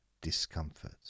discomfort